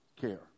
care